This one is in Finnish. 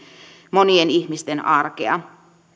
monien ihmisten arkea